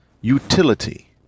utility